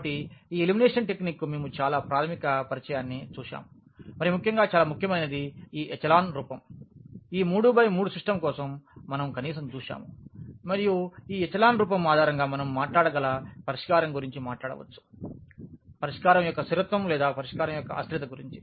కాబట్టి ఈ ఎలిమినేషన్ టెక్నిక్కు మేము చాలా ప్రాధమిక పరిచయాన్ని చూశాము మరియు ముఖ్యంగా చాలా ముఖ్యమైనది ఈ ఎచెలాన్ రూపం ఈ 3 బై 3 సిస్టమ్ కోసం మనం కనీసం చూశాము మరియు ఈ ఎచెలాన్ రూపం ఆధారంగా మనం మాట్లాడగల పరిష్కారం గురించి మాట్లాడవచ్చు పరిష్కారం యొక్క స్థిరత్వం లేదా పరిష్కారం యొక్క అస్థిరత గురించి